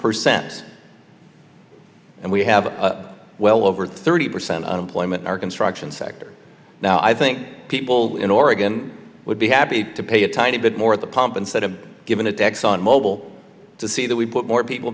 percent and we have well over thirty percent unemployment in our construction sector now i think people in oregon would be happy to pay a tiny bit more at the pump instead of giving it to exxon mobil to see that we put more people